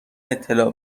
اطلاع